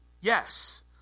Yes